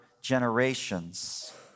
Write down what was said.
generations